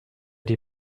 die